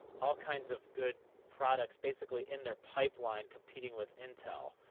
all kinds of good products, basically, in their pipeline competing with intel.